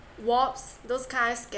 warps those kinds